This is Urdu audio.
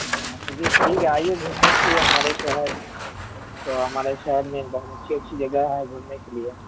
ہاں چلیے ٹھیک ہے آئیے گھومنے کے لیے ہمارے شہر تو ہمارے شہر میں بہت اچھی اچھی جگہ ہے گھومنے کے لیے